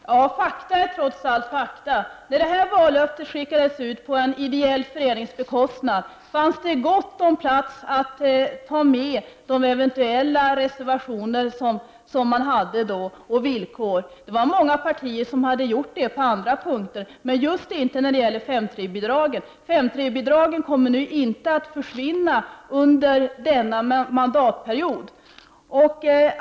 Fru talman! Fakta är trots allt fakta. När det här vallöftet skickades ut, på en ideell förenings bekostnad, fanns det gott om plats att ta med de eventuella villkor och reservationer som man då hade. Det var många partier som hade gjort det på andra punkter, men inte just när det gällde 5 § 3-bidragen. Nu kommer inte 5 § 3-bidragen att försvinna under denna mandatperiod.